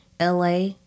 LA